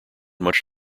much